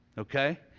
Okay